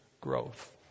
growth